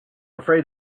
afraid